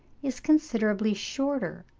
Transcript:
is considerably shorter,